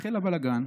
החל הבלגן.